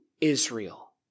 Israel